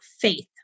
faith